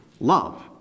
love